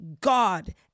God